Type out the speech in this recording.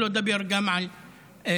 שלא לדבר על תקציבים